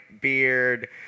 beard